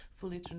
fully